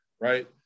right